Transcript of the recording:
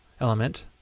element